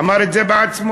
אמר את זה בעצמו,